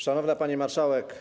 Szanowna Pani Marszałek!